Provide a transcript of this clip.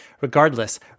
regardless